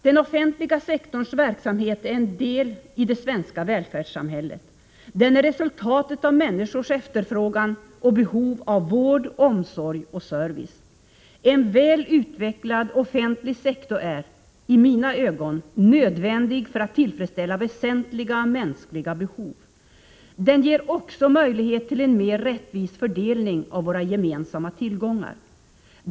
Den offentliga sektorns verksamhet är en del i det svenska välfärdssamhället. Den är resultatet av människors efterfrågan på och behov av vård, omsorg och service. En väl utvecklad offentlig sektor är — i mina ögon — nödvändig för att tillfredsställa väsentliga mänskliga behov. Den ger också möjlighet till en mer rättvis fördelning av våra gemensamma tillgångar.